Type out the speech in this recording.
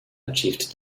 achieved